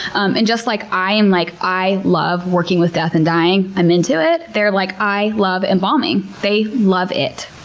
um and just like i'm, like i love working with death and dying. i'm into it, they're like, i love embalming. they love it.